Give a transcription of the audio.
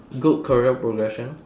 good career progression